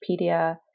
Wikipedia